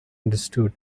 understood